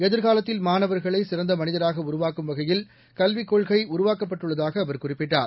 எதிர்காலத்தில் மாணவர்களை சிறந்த மனிதராக உருவாக்கும் வகையில் கல்விக் கொள்கை உருவாக்கப்பட்டுள்ளதாக அவர் குறிப்பிட்டார்